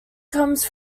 comes